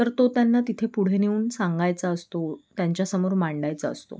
तर तो त्यांना तिथे पुढे नेऊन सांगायचा असतो त्यांच्यासमोर मांडायचा असतो